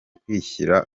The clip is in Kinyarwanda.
kwishyira